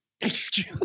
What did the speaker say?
Excuse